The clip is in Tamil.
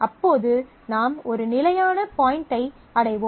அப்போது நாம் ஒரு நிலையான பாய்ண்டை அடைவோம்